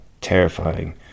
terrifying